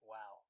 Wow